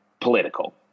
political